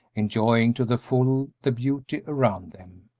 enjoying to the full the beauty around them,